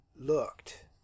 looked